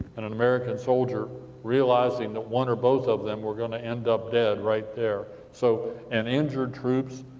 and an american soldier, realizing that one, or both of them, were going to end up dead, right there, so and injured troops,